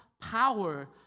power